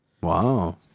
Wow